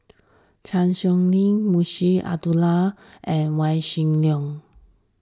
Chan Sow Lin Munshi Abdullah and Yaw Shin Leong